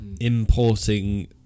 importing